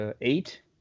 eight